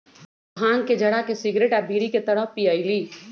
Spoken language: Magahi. भांग के जरा के सिगरेट आ बीड़ी के तरह पिअईली